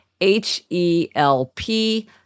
H-E-L-P